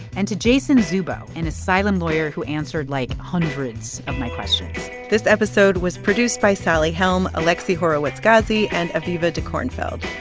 and to jason dzubow, an and asylum lawyer who answered, like, hundreds of my questions this episode was produced by sally helm, alexi horowitz-ghazi and aviva dekornfeld.